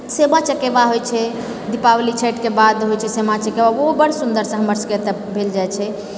सामा चकेवा होइत छै दीपावली छठिके बाद होइत छै सामा चकेवा ओहो बड़ सुन्दरसँ हमर सबके एतऽ भेल जाइत छै